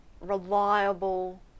reliable